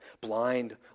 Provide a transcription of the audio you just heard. blind